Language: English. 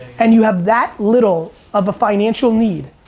and you have that little of a financial need,